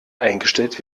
eingestellt